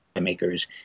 makers